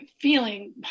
feeling